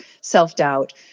self-doubt